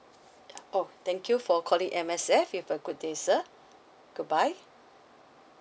ya oh thank you for calling M_S_F you have a good day sir goodbye